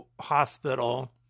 hospital